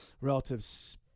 relatives